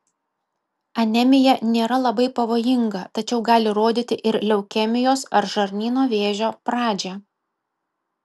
anemija nėra labai pavojinga tačiau gali rodyti ir leukemijos ar žarnyno vėžio pradžią